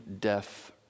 death